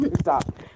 stop